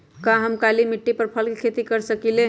का हम काली मिट्टी पर फल के खेती कर सकिले?